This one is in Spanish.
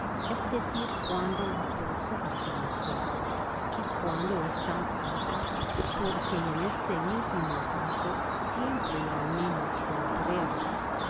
es decir cuando la bolsa está en seco que cuando están alias porque en este último caso siempre hay menos obreros